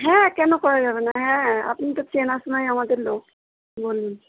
হ্যাঁ কেন করা যাবে না হ্যাঁ হ্যাঁ আপনি তো চেনাশোনাই আমাদের লোক বলুন